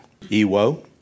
EWO